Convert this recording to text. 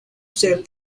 save